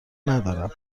ندارم